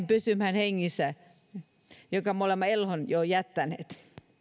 pysyvän hengissä jonka me olemme eloon jättäneet